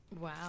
Wow